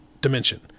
dimension